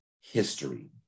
history